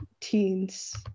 teens